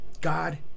God